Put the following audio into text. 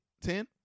Ten